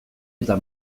eta